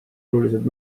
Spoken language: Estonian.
oluliselt